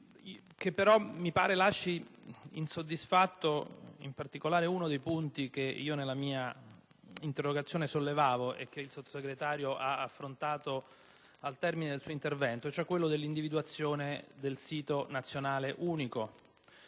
mi sembra lasci insoddisfatto uno dei punti che nella mia interrogazione sollevavo e che il Sottosegretario ha affrontato al termine del suo intervento, quello cioè dell'individuazione del sito nazionale unico,